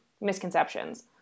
misconceptions